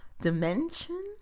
dimension